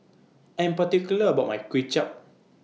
I'm particular about My Kway Chap